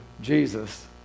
Jesus